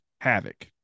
havoc